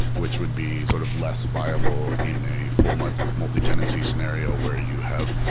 which would be sort of less viable in a full month multi-tenancy scenario where you have,